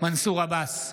מנסור עבאס,